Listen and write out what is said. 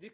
de